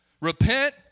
Repent